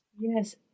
Yes